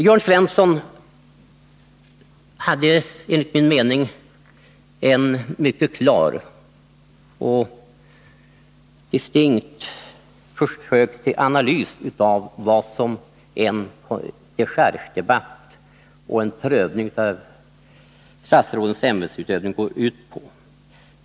Jörn Svensson gjorde enligt min mening en mycket klar och distinkt analys av vad en dechargedebatt och en prövning av statsrådens ämbetsutövning går ut på.